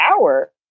hour